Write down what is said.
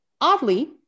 oddly